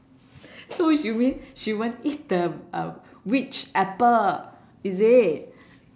so you mean she won't eat the uh witch apple is it